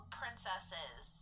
princesses